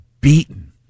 beaten